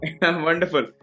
Wonderful